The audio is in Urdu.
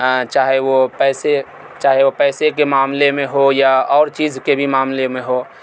چاہے وہ پیسے چاہے وہ پیسے کے معاملے میں ہو یا اور چیز کے بھی معاملہ میں ہو